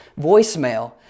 voicemail